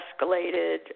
escalated